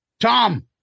Tom